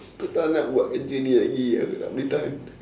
tak boleh tahan